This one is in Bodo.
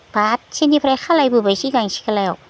गासैनिफ्राय खालायबोबाय सिगां सिख्लायाव